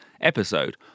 episode